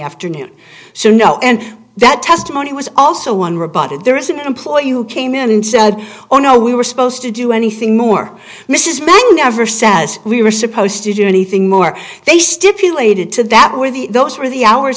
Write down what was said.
afternoon so no and that testimony was also one rebutted there is an employee who came in and said oh no we were supposed to do anything more mrs bangham never says we were supposed to do anything more they stipulated to that where the those are the hours